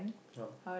ya